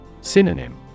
Synonym